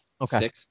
Okay